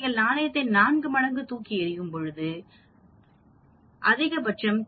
நீங்கள் நாணயத்தை 4 மடங்கு தூக்கி எறியும்போது அந்த 4 இல் 2 மடங்கு தலையைப் பெறுவதற்கான நிகழ்தகவு 616 என்பது அதிகபட்சம்